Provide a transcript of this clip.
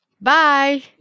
Bye